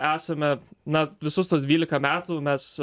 esame na visus tuos dvylika metų mes